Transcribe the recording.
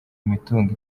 imitungo